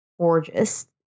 gorgeous